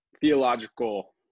theological